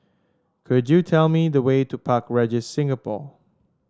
could you tell me the way to Park Regis Singapore